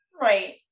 right